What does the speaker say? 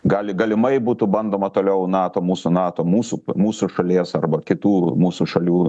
gali galimai būtų bandoma toliau nato mūsų nato mūsų mūsų šalies arba kitų mūsų šalių